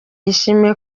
yishimira